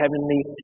heavenly